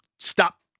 Stop